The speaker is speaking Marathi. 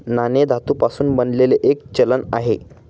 नाणे धातू पासून बनलेले एक चलन आहे